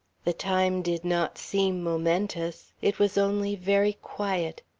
the time did not seem momentous. it was only very quiet.